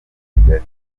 kigali